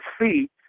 see